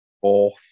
fourth